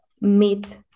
meet